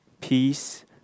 peace